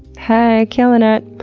heyyy, killing it.